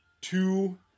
two